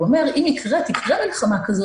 הוא אומר: אם יקרה ותפרוץ מלחמה כזאת,